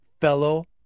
fellow